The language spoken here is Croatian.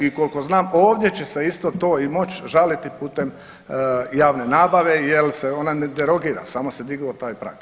I koliko zna, ovdje će se isto to i moći žaliti putem javne nabave jer se ona ne derogira, samo se digao taj prag.